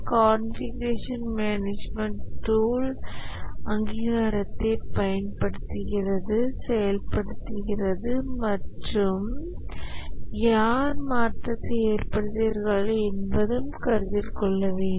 configuration management tools அங்கீகாரத்தை செயல்படுத்துகிறது மற்றும் யார் மாற்றத்தை ஏற்படுத்துகிறாரகள் என்பதும் கருத்தில் கொள்ள வேண்டும்